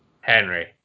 henry